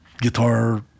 guitar